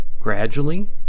Gradually